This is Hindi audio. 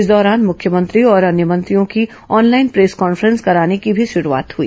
इस दौरान मुख्यमंत्री और अन्य मंत्रियों की ऑनलाइन प्रेस कॉन्फ्रेंस कराने की भी शुरूआत हुई